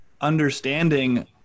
understanding